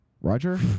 Roger